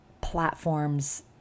platforms